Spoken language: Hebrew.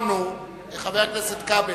חבר הכנסת כבל,